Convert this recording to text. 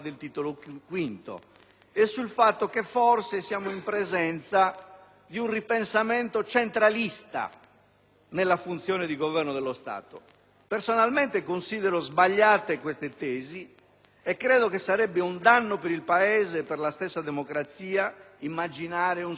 e sul fatto che forse siamo in presenza di un ripensamento centralista nella funzione di governo dello Stato. Personalmente considero sbagliate questi tesi e credo che sarebbe un danno per il Paese e per la stessa democrazia immaginare un salto all'indietro.